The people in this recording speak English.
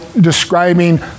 describing